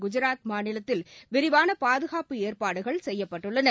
குஜராத் மாநிலத்தில் விரிவான பாதுகாப்பு ஏற்பாடுகள் செய்யப்பட்டுள்ளன